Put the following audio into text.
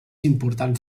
importants